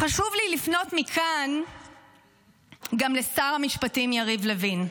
חשוב לי לפנות מכאן גם לשר המשפטים יריב לוין.